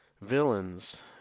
villains